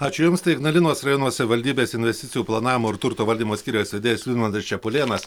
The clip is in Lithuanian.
ačiū jums tai ignalinos rajono savivaldybės investicijų planavimo ir turto valdymo skyriaus vedėjas vidmantas čepulėnas